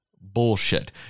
bullshit